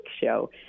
show